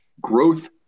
growth